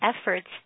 efforts